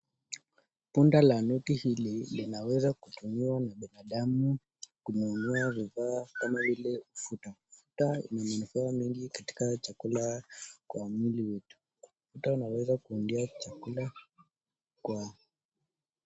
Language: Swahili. Punda la noti hili linaweza kutumiwa na binadamu kununua vifaa kama ile ufuta kama yenye inakuwanga mingi kwenye chakula kwa mwili wetu ufuta inaweza undia chakula kwa.